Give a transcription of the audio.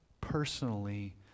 personally